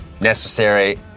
necessary